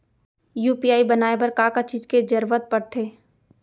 UPI बनाए बर का का चीज के जरवत पड़थे?